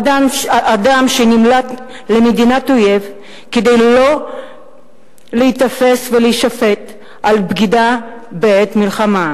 אדם שנמלט למדינת אויב כדי לא להיתפס ולהישפט על בגידה בעת מלחמה.